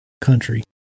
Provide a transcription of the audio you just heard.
country